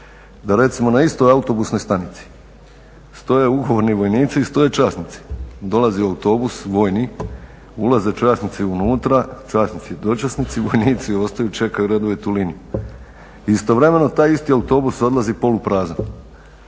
da recimo na istoj autobusnoj stanici stoje ugovorni vojnici i stoje časnici. Dolazi autobus, vojni, ulaze časnici i dočasnici unutra, vojnici ostaju i čekaju redovitu liniju. Istovremeno taj isti autobus odlazi poluprazan.